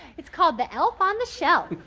it's called the elf on the shelf.